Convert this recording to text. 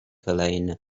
helene